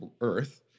earth